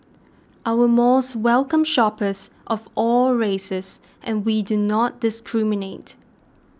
our malls welcome shoppers of all races and we do not discriminate